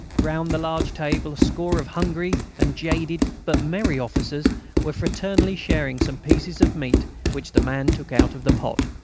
round the large table a score of hungry and jaded but merry officers were fraternally sharing some pieces of meat which the man took out of the pot.